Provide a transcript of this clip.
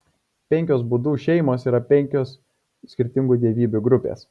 penkios budų šeimos yra penkios skirtingų dievybių grupės